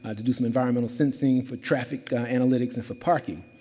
ah to do some environmental sensing for traffic and and for parking.